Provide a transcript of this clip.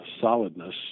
solidness